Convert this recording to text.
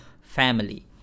family